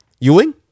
Ewing